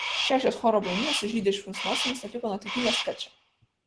šešios choro blondinės su žydiškomis nosimis atliko nuotaikingą skečą